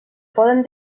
poden